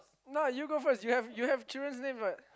no you go first you have you have children name what